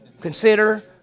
consider